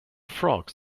frogs